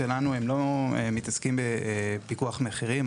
לא מתעסקת בפיקוח המחירים.